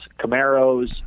Camaros